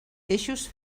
eixos